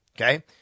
Okay